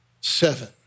seven